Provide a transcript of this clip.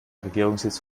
regierungssitz